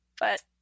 but-